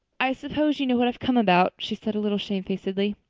i suppose you know what i've come about, she said, a little shamefacedly.